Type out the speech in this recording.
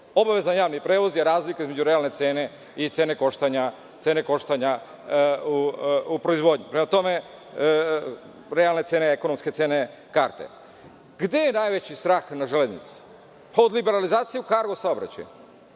prošlo. Obavezan javni prevoz je razlika između realne cene i cene koštanja u proizvodnji. Prema tome, realne cene i ekonomske cene karte, i gde je najveći strah na železnici? Kod liberalizacije u kargo saobraćaju,